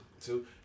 Two